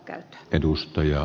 arvoisa puhemies